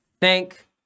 Thank